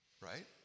right